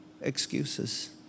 excuses